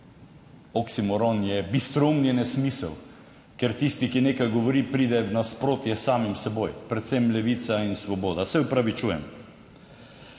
Oksimoron je bistroumni nesmisel, kjer tisti, ki nekaj govori, pride v nasprotje s samim seboj. Predvsem Levica in Svoboda, se opravičujem.